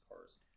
cars